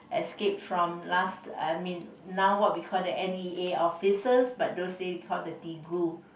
escape from last I mean now what we call the n_e_a officers but those days they call the ti-gu